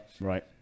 right